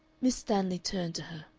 miss stanley turned to her.